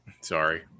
Sorry